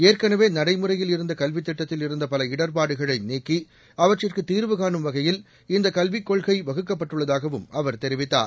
ஏற்கனவே நடைமுறையில் இருந்த கல்வித் திட்டத்தில் இருந்த பல இடர்பாடுகளை நீக்கி அவற்றிற்கு தீர்வு கானும் வகையல் இந்த கல்விக் கொள்கை வகுக்கப்பட்டுள்ளதாகவும் அவர் தெரிவித்தார்